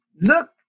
Look